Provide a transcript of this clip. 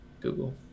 Google